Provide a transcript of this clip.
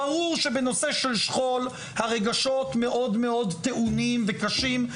ברור שבנושא של שכול הרגשות מאוד מאוד טעונים וקשים,